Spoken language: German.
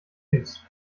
links